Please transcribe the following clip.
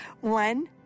One